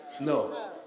No